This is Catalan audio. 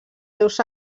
seus